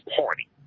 party